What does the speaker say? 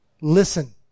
listen